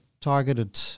targeted